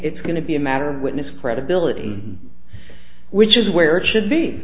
it's going to be a matter of witness credibility which is where it should be